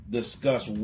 discuss